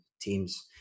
teams